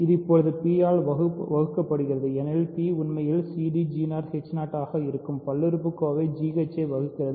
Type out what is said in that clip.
இது இப்போது p ஆல் வகுக்கப்படுகிறது ஏனெனில் p உண்மையில் cd ஆக இருக்கும் பல்லுறுப்புக்கோவை gh ஐ வகுக்கிறது